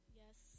yes